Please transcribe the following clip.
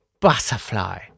butterfly